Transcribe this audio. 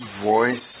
voice